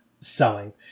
selling